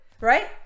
right